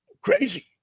crazy